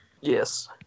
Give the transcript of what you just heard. Yes